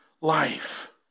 life